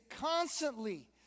constantly